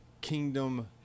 kingdom